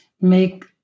make